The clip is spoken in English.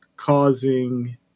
causing